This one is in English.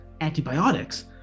antibiotics